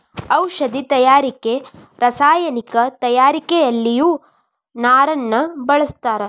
ಔಷದಿ ತಯಾರಿಕೆ ರಸಾಯನಿಕ ತಯಾರಿಕೆಯಲ್ಲಿಯು ನಾರನ್ನ ಬಳಸ್ತಾರ